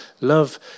Love